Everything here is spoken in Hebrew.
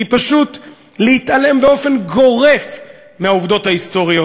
היא פשוט להתעלם באופן גורף מהעובדות ההיסטוריות,